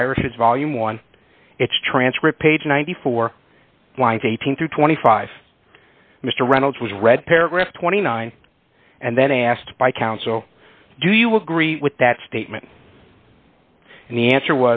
of irises volume one it's transcript page ninety four winds eighteen through twenty five mr reynolds was read paragraph twenty nine and then asked by counsel do you agree with that statement and the answer